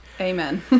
amen